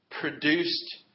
produced